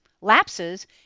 lapses